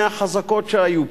מהחזקות שהיו פה,